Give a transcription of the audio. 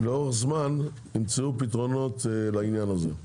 לאורך זמן, ימצאו פתרונות לעניין הזה.